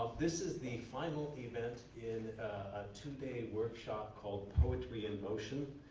this is the final event in a two-day workshop called poetry in motion.